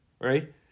right